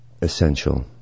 essential